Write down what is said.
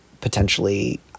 potentially